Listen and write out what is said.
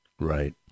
Right